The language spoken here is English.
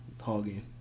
hogging